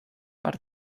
per